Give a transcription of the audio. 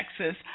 Texas